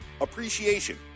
Appreciation